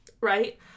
Right